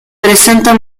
presenta